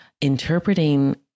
interpreting